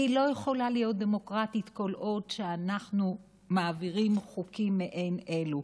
והיא לא יכולה להיות דמוקרטית כל עוד אנחנו מעבירים חוקים מעין אלו,